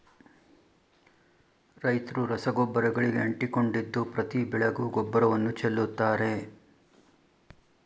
ರೈತ್ರು ರಸಗೊಬ್ಬರಗಳಿಗೆ ಅಂಟಿಕೊಂಡಿದ್ದು ಪ್ರತಿ ಬೆಳೆಗೂ ಗೊಬ್ಬರವನ್ನು ಚೆಲ್ಲುತ್ತಾರೆ